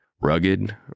Rugged